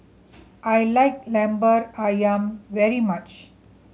I like Lemper Ayam very much